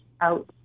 out